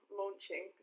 launching